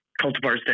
cultivars